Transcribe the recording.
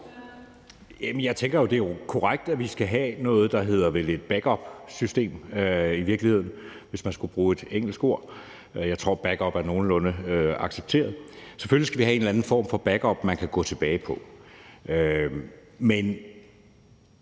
Jeg tænker jo, at det er korrekt, at vi skal have noget, der vel hedder et backupsystem, hvis man skal bruge et engelsk ord. Jeg tror, at backup er nogenlunde accepteret. Selvfølgelig skal vi have en eller anden form for backup, som vi kan gå tilbage til, men